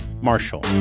Marshall